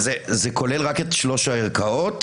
כולל רק את שלוש הערכאות?